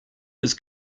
his